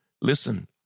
Listen